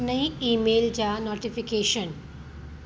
नईं ईमेल जा नौटीफ़ीकेशन